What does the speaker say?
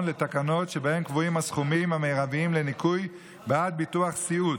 לתקנות שבהן קבועים הסכומים המרביים לניכוי בעד ביטוח סיעוד,